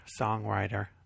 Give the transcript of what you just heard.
songwriter